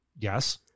yes